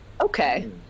Okay